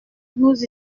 nous